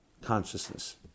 consciousness